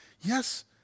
yes